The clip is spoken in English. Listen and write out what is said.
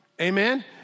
Amen